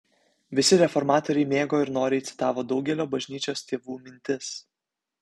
visi reformatoriai mėgo ir noriai citavo daugelio bažnyčios tėvų mintis